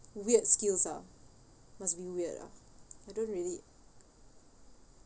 weird skills ah must be weird ah I don't really